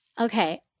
Okay